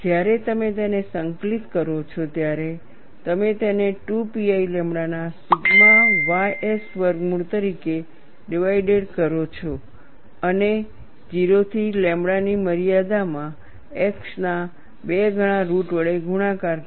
જ્યારે તમે તેને સંકલિત કરો છો ત્યારે તમે તેને 2 pi લેમ્બડા ના સિગ્મા ys વર્ગમૂળ તરીકે ડીવાઈડેડ કરો છો અને 0 થી લેમ્બડા ની મર્યાદામાં x ના 2 ગણા રુટ વડે ગુણાકાર કરો